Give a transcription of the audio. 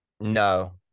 No